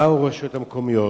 באו הרשויות המקומיות,